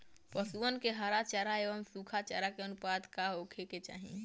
पशुअन के हरा चरा एंव सुखा चारा के अनुपात का होखे के चाही?